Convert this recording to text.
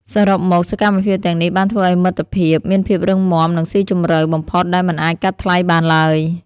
សរុបមក សកម្មភាពទាំងនេះបានធ្វើឱ្យមិត្តភាពមានភាពរឹងមាំនិងស៊ីជម្រៅបំផុតដែលមិនអាចកាត់ថ្លៃបានឡើយ។